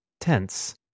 tense